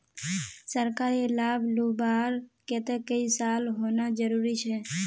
सरकारी लाभ लुबार केते कई साल होना जरूरी छे?